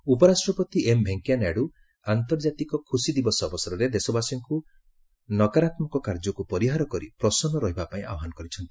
VP ଉପରାଷ୍ଟ୍ରପତି M Venkaiah Naidu ଆନ୍ତର୍କାତିକ ଖୁସି ଦିବସ ଅବସରରେ ଦେଶବାସୀଙ୍କୁ ସମସ୍ତ ନକାରାତ୍ମକ କାର୍ଯ୍ୟକୁ ପରିହାର କରି ଖୁସି ରହିବା ପାଇଁ ଆହ୍ୱାନ କରିଛନ୍ତି